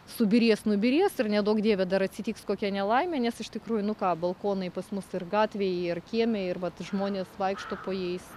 subyrės nubyrės ir neduok dieve dar atsitiks kokia nelaimė nes iš tikrųjų nu ką balkonai pas mus ir gatvėj ir kieme ir vat žmonės vaikšto po jais